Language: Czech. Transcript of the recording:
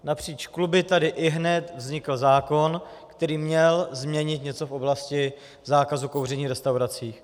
Napříč kluby tady ihned vznikl zákon, který měl změnit něco v oblasti zákazu kouření v restauracích.